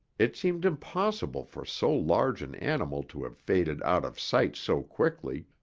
it seemed impossible for so large an animal to have faded out of sight so quickly,